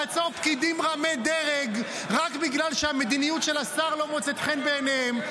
לעצור פקידים רמי דרג רק בגלל שהמדיניות של השר לא מוצאת חן בעיניהם.